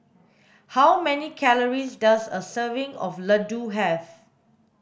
how many calories does a serving of laddu have